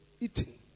eating